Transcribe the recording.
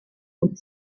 und